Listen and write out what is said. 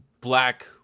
black